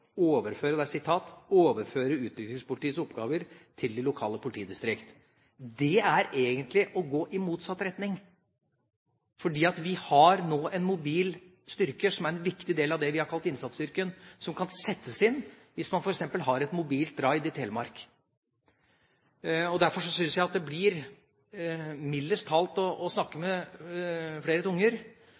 oppgaver til de lokale politidistrikt». Det er egentlig å gå i motsatt retning, fordi vi nå har en mobil styrke som er en viktig del av det vi har kalt innsatsstyrken, som kan settes inn hvis man f.eks. har et mobilt raid i Telemark. Derfor syns jeg det blir, mildest talt, å snakke med flere tunger